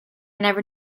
never